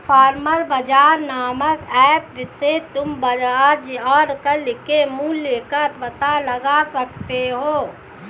farmer बाजार नामक app से तुम आज और कल के मूल्य का पता लगा सकते हो